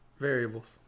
variables